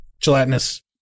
gelatinous